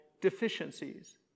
deficiencies